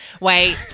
Wait